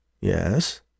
Yes